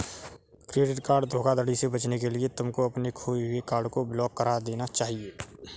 credit card धोखाधड़ी से बचने के लिए तुमको अपने खोए हुए कार्ड को ब्लॉक करा देना चाहिए